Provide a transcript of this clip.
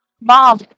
mom